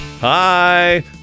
hi